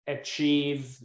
achieve